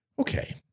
Okay